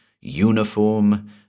uniform